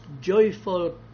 joyful